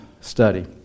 study